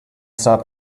stop